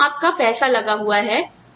तो यहां आपका पैसा लगा हुआ है